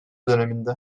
döneminde